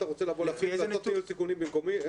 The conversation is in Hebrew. רוצה לבוא לעשות ניהול סיכומים במקומי,